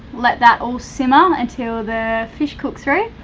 let that all simmer until the fish cooked through,